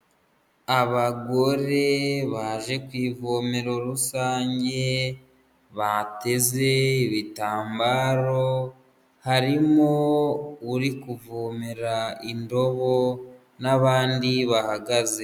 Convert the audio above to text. Abagore baje ku ivomero rusange bateze ibitambaro, harimo uri kuvomera indobo n'abandi bahagaze.